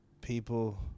people